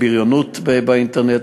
בריונות באינטרנט,